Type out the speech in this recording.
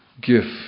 gift